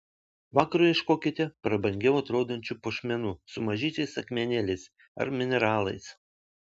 vakarui ieškokite prabangiau atrodančių puošmenų su mažyčiais akmenėliais ar mineralais